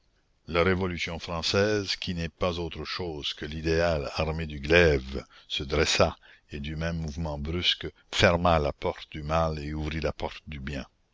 la révolution française qui n'est pas autre chose que l'idéal armé du glaive se dressa et du même mouvement brusque ferma la porte du mal et ouvrit la porte du bien